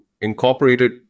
incorporated